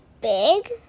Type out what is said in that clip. big